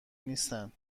نیستن